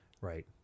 Right